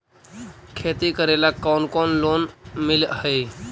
खेती करेला कौन कौन लोन मिल हइ?